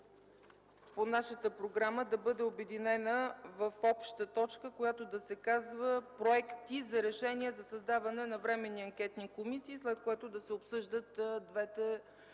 по нашата програма да бъдат обединени в обща точка, която да се казва: Проекти за решения за създаване на Временни анкетни комисии, след което да се обсъждат двете